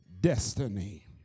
destiny